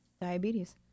Diabetes